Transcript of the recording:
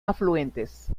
afluentes